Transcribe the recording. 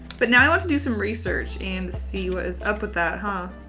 but now i want to do some research and see what is up with that, huh.